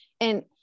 And-